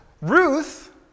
Ruth